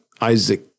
Isaac